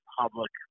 public